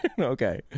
Okay